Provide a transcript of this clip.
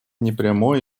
непрямое